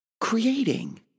creating